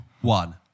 one